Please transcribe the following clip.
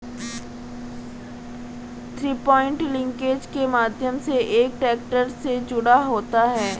three point linkage के माध्यम से एक ट्रैक्टर से जुड़ा होता है